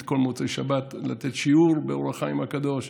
בכל מוצאי שבת לתת שיעור באור החיים הקדוש,